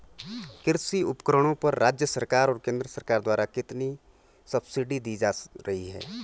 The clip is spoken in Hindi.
कृषि उपकरणों पर राज्य सरकार और केंद्र सरकार द्वारा कितनी कितनी सब्सिडी दी जा रही है?